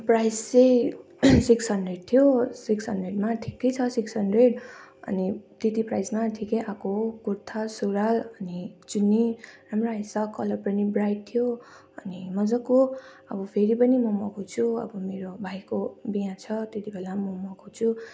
price चाहिँ six hundred थियो six हन्ड्रेडमा ठिकै छ सिक्स हन्ड्रेड अनि त्यति प्राइसमा ठिकै आएको कुर्ता सुरुवाल अनि चुन्नी राम्रो आएछ कलर पनि ब्राइट थियो अनि मजाको अब फेरि पनि म मगाउँछु अब मेरो भाइको बिहा छ त्यति बेला पनि म मगाउँछु